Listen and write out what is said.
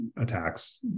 attacks